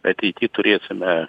ateity turėsime